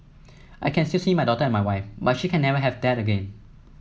I can still see my daughter and my wife but she can never have that again